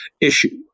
issue